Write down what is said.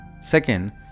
second